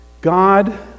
God